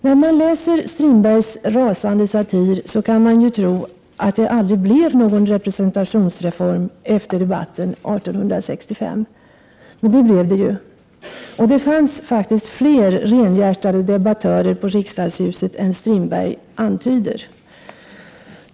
När man läser Strindbergs rasande satir skulle man kunna tro att det aldrig blev någon representationsreform efter debatten 1865. Men det blev det ju, och det fanns faktiskt fler renhjärtade debattörer på Riddarhuset än Strindberg antyder.